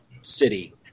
city